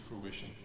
fruition